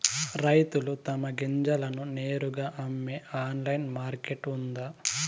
రైతులు తమ గింజలను నేరుగా అమ్మే ఆన్లైన్ మార్కెట్ ఉందా?